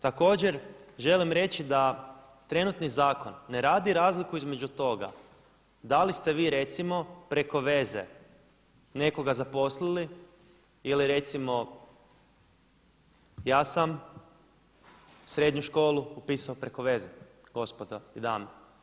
Također, želim reći da trenutni zakon ne radi razliku između toga da li ste vi recimo preko veze nekoga zaposlili ili recimo ja sam srednju školu upisao preko veze, gospodo i dame.